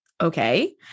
okay